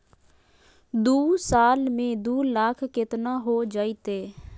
दू साल में दू लाख केतना हो जयते?